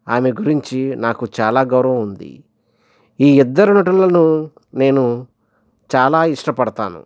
ఆమె గురించి నాకు చాలా గౌరవం ఉంది ఈ ఇద్దరి నటులను నేను చాలా ఇష్టపడుతాను